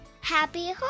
Happy